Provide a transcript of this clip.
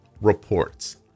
reports